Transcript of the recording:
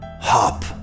Hop